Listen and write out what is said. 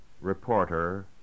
reporter